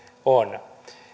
on